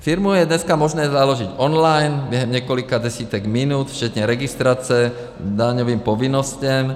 Firmu je dneska možné založit online během několika desítek minut, včetně registrace k daňovým povinnostem.